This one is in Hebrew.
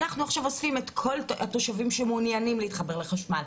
אנחנו עכשיו אוספים את כל התושבים שמעוניינים להתחבר לחשמל,